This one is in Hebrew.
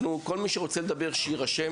כל מי שרוצה לדבר שיירשם,